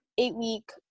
eight-week